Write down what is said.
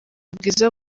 bwiza